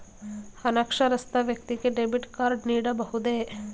ಅನಕ್ಷರಸ್ಥ ವ್ಯಕ್ತಿಗೆ debit card ನೀಡಬಹುದೇ?